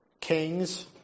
kings